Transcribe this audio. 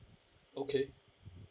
okay